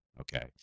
okay